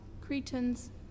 Cretans